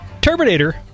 Terminator